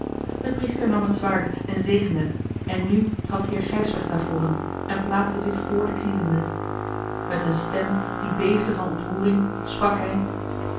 de priester nam het zwaard en zegende het en nu trad heer gijsbrecht naar voren en plaatste zich voor de knielenden met eene stem die beefde van ontroering sprak hij